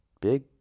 big